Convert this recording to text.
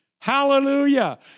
Hallelujah